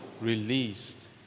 released